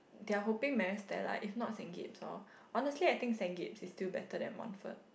they are hoping Maris-Stella if not Saint-Gabe's lor honestly I think Saint-Gabe's is still better than Montfort